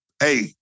hey